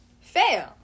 fail